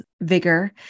vigor